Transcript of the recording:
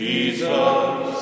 Jesus